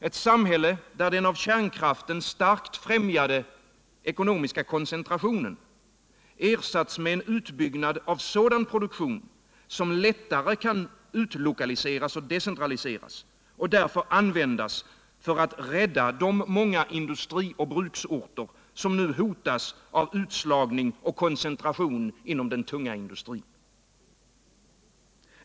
Ett samhälle där den av kärnkraften starkt främjade ekonomiska koncentrationen ersatts med en utbyggnad av sådan produktion som lättare kan utlokaliseras och decentraliseras och användas för att rädda de många industri och bruksorter som nu hotas av utslagning och koncentration inom den tunga industrin.